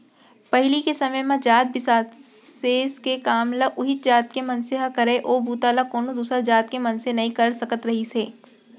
पहिली के समे म जात बिसेस के काम ल उहींच जात के मनसे ह करय ओ बूता ल कोनो दूसर जात के मनसे नइ कर सकत रिहिस हे